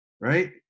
right